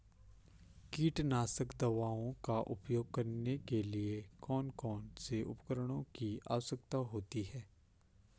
कीटनाशक दवाओं का उपयोग करने के लिए कौन कौन से उपकरणों की आवश्यकता होती है?